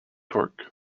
torque